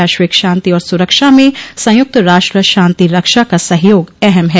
वैश्विक शांति और सुरक्षा में संयुक्त राष्ट्र शांति रक्षा का सहयोग अहम है